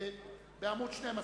קבוצת קדימה,